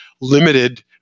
limited